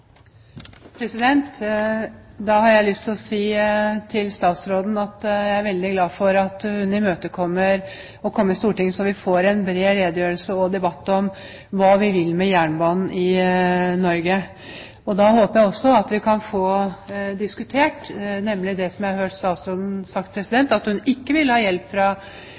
lyst til å si til statsråden at jeg er veldig glad for at hun imøtekommer å komme i Stortinget, så vi får en bred redegjørelse og debatt om hva vi vil med jernbanen i Norge. Da håper jeg også at vi kan få diskutert det som jeg har hørt statsråden si, at hun ikke vil ha hjelp